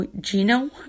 Gino